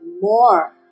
more